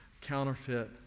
counterfeit